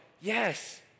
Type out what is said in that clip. yes